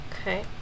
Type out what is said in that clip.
okay